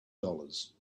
dollars